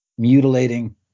Mutilating